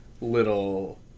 little